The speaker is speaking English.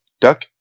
duck